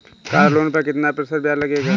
Car loan पर कितना प्रतिशत ब्याज लगेगा?